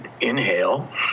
inhale